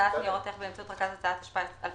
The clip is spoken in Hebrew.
להפחתה הרוחבית.